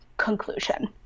conclusion